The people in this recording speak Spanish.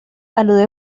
alude